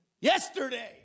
Yesterday